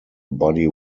buddy